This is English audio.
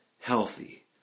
healthy